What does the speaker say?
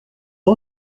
aux